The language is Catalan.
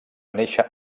néixer